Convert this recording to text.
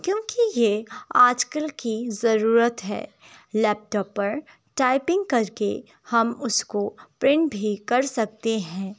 کیوں کہ یہ آج کل کی ضرورت ہے لیپٹاپ پر ٹائپنگ کر کے ہم اس کو پرنٹ بھی کر سکتے ہیں